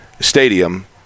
stadium